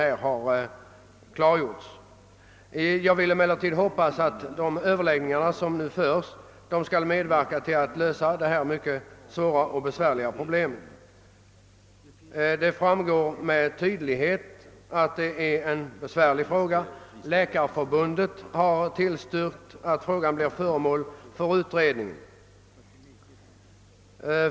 Jag hoppas emellertid att de överläggningar som nu förs skall medverka till att lösa detta mycket svåra problem. Läkarförbundet har tillstyrkt att frågan utreds.